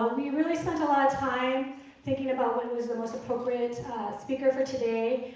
we really spent a lot of time thinking about what was the most appropriate speaker for today,